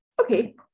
okay